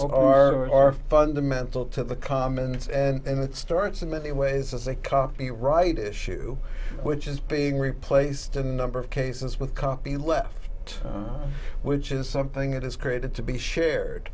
s are fundamental to the commons and that starts in many ways as a copyright issue which is being replaced a number of cases with copy left out which is something that is created to be shared